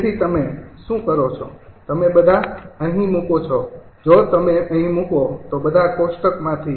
તેથી તમે શું કરો છો તમે બધા અહીં મુકોછો જો તમે અહીં મુકો છો તો બધા કોષ્ટકમાંથી